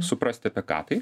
suprasti apie ką tai